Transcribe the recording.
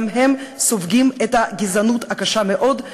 גם הם סופגים את הגזענות הקשה מאוד,